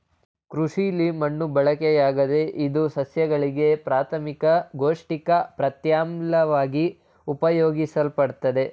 ಕೃಷಿಲಿ ಮಣ್ಣು ಬಳಕೆಯಾಗ್ತದೆ ಇದು ಸಸ್ಯಗಳಿಗೆ ಪ್ರಾಥಮಿಕ ಪೌಷ್ಟಿಕ ಪ್ರತ್ಯಾಮ್ಲವಾಗಿ ಉಪಯೋಗಿಸಲ್ಪಡ್ತದೆ